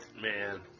Man